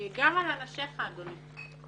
גם על אנשיך, אדוני.